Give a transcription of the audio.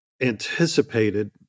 anticipated